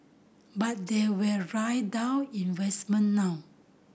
but they will drive down investment now